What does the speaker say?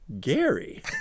gary